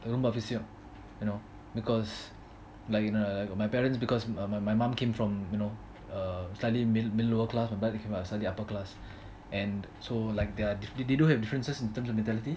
ரொம்ப அவசியம்:romba aavasiyam you know because like my parents because my my my mom came from you know study middle lower class my dad came from upper class and so like there are they do have differences in terms of mentality